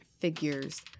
figures